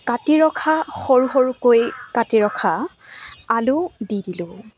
কাটি ৰখা সৰু সৰুকৈ কাটি ৰখা আলু দি দিলোঁ